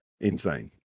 Insane